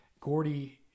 Gordy